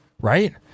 Right